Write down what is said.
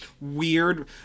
weird